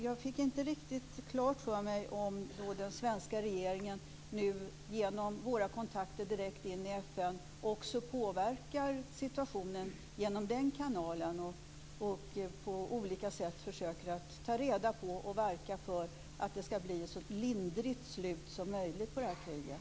Jag fick inte riktigt klart för mig om den svenska regeringen genom sina kontakter direkt i FN också påverkar situation genom den kanalen och på olika sätt försöker att verka för att det ska bli ett så lindrigt slut som möjligt på det här kriget.